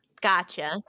Gotcha